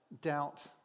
doubt